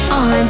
on